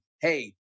hey